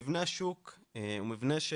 מבנה השוק הוא מבנה,